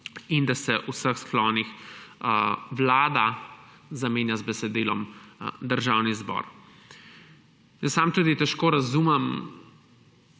in da se v vseh sklonih Vlada zamenja z besedilom 'Državni zbor'. Sam tudi težko razumem,